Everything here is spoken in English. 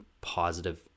positive